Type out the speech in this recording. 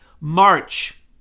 March